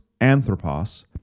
Anthropos